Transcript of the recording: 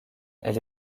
elle